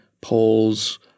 polls